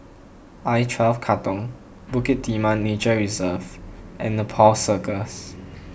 I twelve Katong Bukit Timah Nature Reserve and Nepal Circus